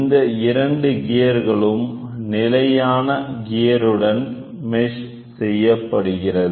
இந்த இரண்டு கியர்களும் நிலையான கியருடன் மெஷ் செய்யப்படுகிறது